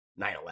9-11